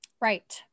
Right